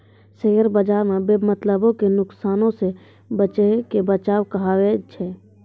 share बजारो मे बेमतलबो के नुकसानो से बचैये के बचाव कहाबै छै